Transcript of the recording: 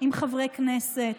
עם חברי הכנסת,